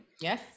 yes